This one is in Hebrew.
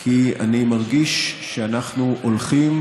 כי אני מרגיש שאנחנו הולכים